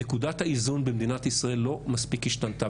נקודת האיזון במדינת ישראל לא מספיק השתנתה.